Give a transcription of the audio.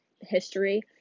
history